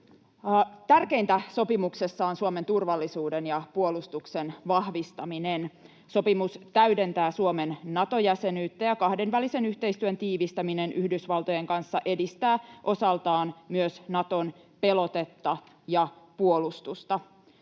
Tärkeintä sopimuksessa on Suomen turvallisuuden ja puolustuksen vahvistaminen. Sopimus täydentää Suomen Nato-jäsenyyttä, ja kahdenvälisen yhteistyön tiivistäminen Yhdysvaltojen kanssa edistää osaltaan myös Naton pelotetta ja puolustusta.